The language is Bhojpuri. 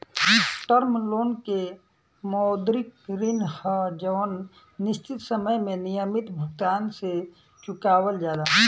टर्म लोन के मौद्रिक ऋण ह जवन निश्चित समय में नियमित भुगतान से चुकावल जाला